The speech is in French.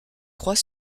croix